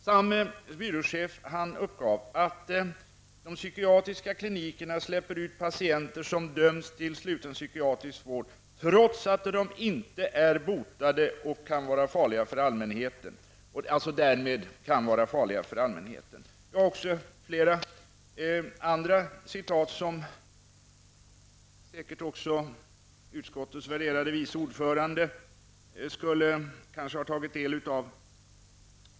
Samme byråchef uppgav att de psykiatriska klinikerna släpper ut patienter som dömts till sluten psykiatrisk vård, trots att de inte är botade och därmed kan vara farliga för allmänheten. Jag har flera citat som också utskottets värderade vice ordförande kanske skulle ha tagit del av.